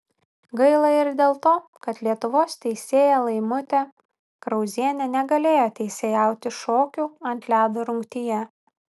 gaila ir dėl to kad lietuvos teisėja laimutė krauzienė negalėjo teisėjauti šokių ant ledo rungtyje